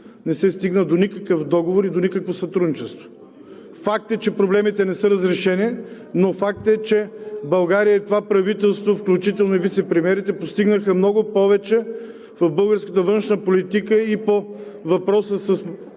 не се стигна до никакъв договор и до никакво сътрудничество. Факт е, че проблемите не са разрешени, но факт е, че България и това правителство, включително и вицепремиерите, постигнаха много повече в българската външна политика и по македонския